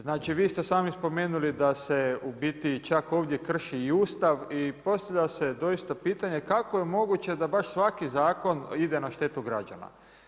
Znači vi ste sami spomenuli da se u biti čak ovdje krši i Ustav i postavlja se doista pitanje kako je moguće da baš svaki zakon ide na štetu građana?